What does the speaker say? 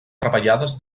treballades